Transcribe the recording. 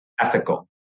ethical